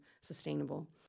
sustainable